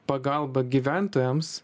pagalbą gyventojams